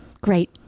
Great